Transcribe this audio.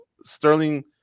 Sterling